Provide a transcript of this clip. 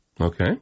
Okay